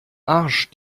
arsch